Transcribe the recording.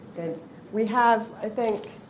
and we have, i think,